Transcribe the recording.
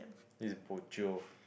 is bo jio